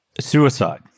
suicide